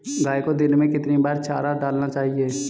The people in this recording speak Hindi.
गाय को दिन में कितनी बार चारा डालना चाहिए?